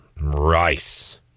rice